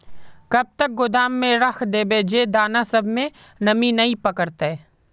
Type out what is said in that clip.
कब तक गोदाम में रख देबे जे दाना सब में नमी नय पकड़ते?